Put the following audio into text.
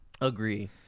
agree